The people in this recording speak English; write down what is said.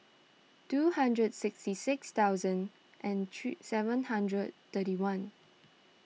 two hundred sixty six thousand and three seven hundred thirty one